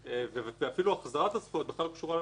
אפילו החזרת הזכויות לא קשורה לממונה.